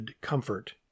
comfort